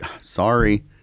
sorry